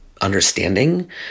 Understanding